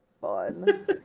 fun